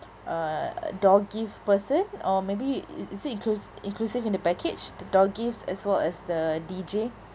uh door gift person or maybe is it inclus~ inclusive in the package the door gifts as well as the D_J